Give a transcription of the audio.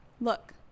Look